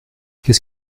qu’est